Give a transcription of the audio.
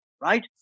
right